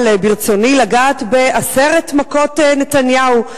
אבל ברצוני לגעת בעשר מכות נתניהו.